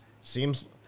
seems